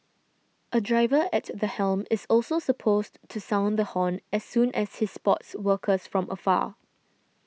a driver at the helm is also supposed to sound the horn as soon as he spots workers from afar